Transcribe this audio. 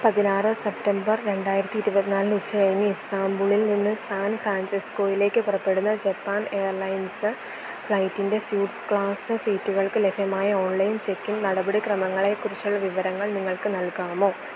പതിനാറ് സെപ്റ്റംബർ രണ്ടായിരത്തി ഇരുപത്തി നാലിന് ഉച്ചകഴിഞ്ഞ് ഇസ്താംബൂളിൽ നിന്ന് സാൻ ഫ്രാൻസിസ്കോയിലേക്കു പുറപ്പെടുന്ന ജപ്പാൻ എയർലൈൻസ് ഫ്ലൈറ്റിൻ്റെ സ്യൂട്ട്സ് ക്ലാസ് സീറ്റുകൾക്ക് ലഭ്യമായ ഓൺലൈൻ ചെക്കിൻ നടപടിക്രമങ്ങളെക്കുറിച്ചുള്ള വിവരങ്ങൾ നിങ്ങൾക്കു നൽകാമോ